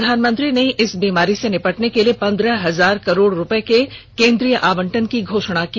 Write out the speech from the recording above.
प्रधानमंत्री ने इस बीमारी से निपटने के लिए पंद्रह हजार करोड़ रुपये के केन्द्रीय आवंटन की घोषणा की